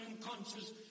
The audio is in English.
conscious